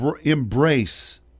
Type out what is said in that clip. embrace